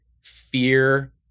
fear